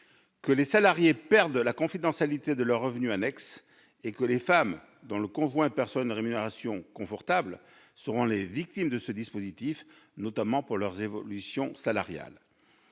que les salariés perdent la confidentialité de leurs revenus annexes, et que les femmes dont le conjoint perçoit une rémunération confortable seront les victimes de ce dispositif, notamment pour leurs évolutions salariales.